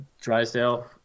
Drysdale